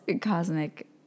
cosmic